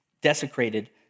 desecrated